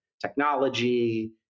technology